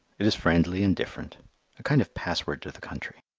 it is friendly and different a kind of password to the country.